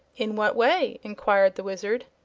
in what way? enquired the wizard.